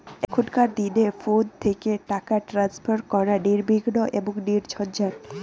এখনকার দিনে ফোন থেকে টাকা ট্রান্সফার করা নির্বিঘ্ন এবং নির্ঝঞ্ঝাট